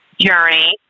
journey